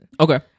okay